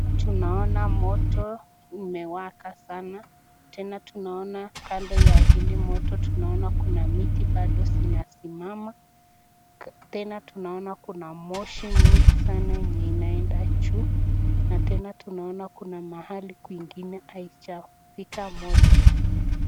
Hapa tunaona moto umewaka sanaa, tena tunaona kando ya hili moto tunaona bado kuna miti bado zinasimama. Tena tunaona kuna moshi mingi sanaa yenye inaenda juu na tena tunaona kuna mahali kwengine haijafika moto.